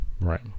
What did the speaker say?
Right